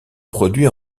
produit